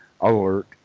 alert